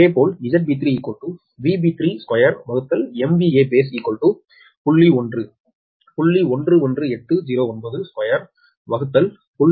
003இதுவரை 4